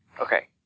Okay